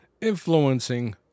influencing